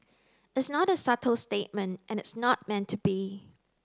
it's not a subtle statement and it's not meant to be